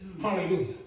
Hallelujah